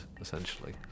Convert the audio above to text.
essentially